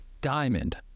Diamond